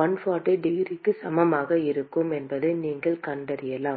140 டிகிரிக்கு சமமாக இருக்கும் என்பதை நீங்கள் கண்டறியலாம்